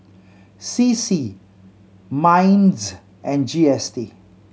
C C MINDS and G S T